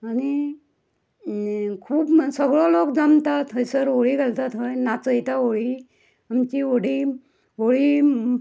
आनी खूब सगळो लोक जमता थंयसर होळी घालता थंय नाचयता होळी आमची होडी होळी